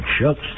shucks